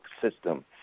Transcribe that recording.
system